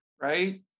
right